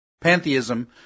Pantheism